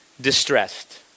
distressed